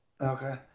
Okay